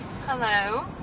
Hello